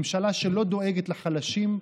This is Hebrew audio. ממשלה שלא דואגת לחלשים,